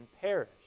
perish